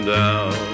down